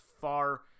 far